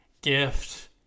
gift